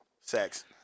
Sex